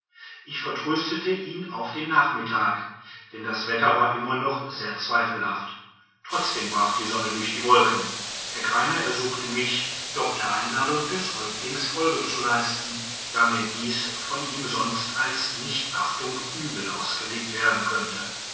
ich vertröstete ihn auf den nachmittag denn das wetter war immer noch sehr zweifelhaft trotzdem brach die sonne durch die wolken herr greiner ersuchte mich doch der einladung des häuptlings folge zu leisten da mir dies von ihm sonst als nichtachtung übel ausgelegt werden könnte